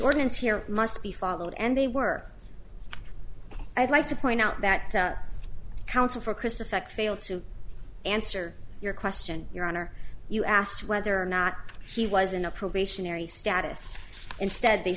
ordinance here must be followed and they were i'd like to point out that counsel for chris effect failed to answer your question your honor you asked whether or not he was in a probationary status instead they